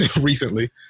recently